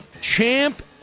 Champ